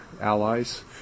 allies